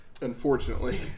unfortunately